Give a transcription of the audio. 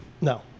No